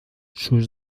sus